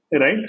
right